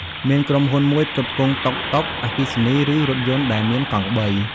មានក្រុមហ៊ុនមួយផ្គត់ផ្គង់ តុកតុក អគ្គិសនី ឬរថយន្តដែលមានកង់បី។